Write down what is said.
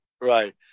Right